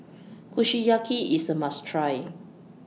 Kushiyaki IS A must Try